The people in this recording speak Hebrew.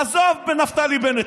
עזוב נפתלי בנט,